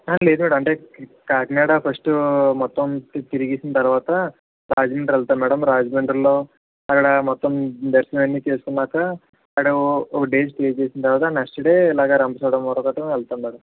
లేదు మ్యాడం అంటే ఈ కాకినాడ ఫస్టు మొత్తం తి తిరగేసిన తర్వాత రాజమండ్రి వెళ్తాము మ్యాడం రాజమండ్రిలో అక్కడ మొత్తం దర్శనం అవన్నీ చేసుకున్నాక అక్కడ ఒ ఒక డేస్ క్లియర్ చేసిన తర్వాత నెక్స్ట్ డే ఇలాగ రంపచోడవరం గట్టా వెళ్తాము మ్యాడం